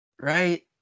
right